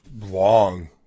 long